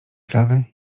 trawy